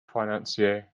financier